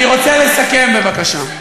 אני רוצה לסכם, בבקשה.